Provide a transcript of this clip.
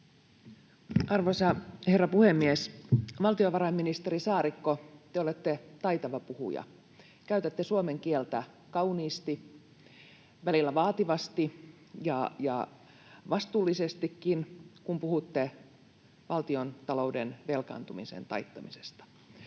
Arvoisa herra puhemies! Valtiovarainministeri Saarikko, te olette taitava puhuja. Käytätte suomen kieltä kauniisti, välillä vaativasti ja vastuullisestikin, kun puhutte valtiontalouden velkaantumisen taittamisesta.